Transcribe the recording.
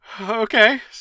Okay